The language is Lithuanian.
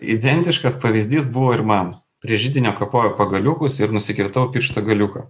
identiškas pavyzdys buvo ir man prie židinio kapojau pagaliukus ir nusikirtau piršto galiuką